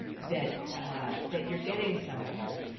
that that you're getting somewhere.